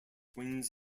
wings